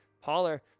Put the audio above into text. holler